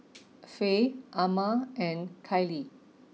Faye Amma and Kylie